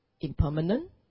impermanent